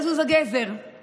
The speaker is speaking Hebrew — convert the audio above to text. אני